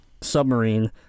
submarine